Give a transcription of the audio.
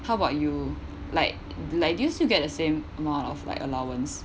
how about you like like do you still get the same amount of like allowance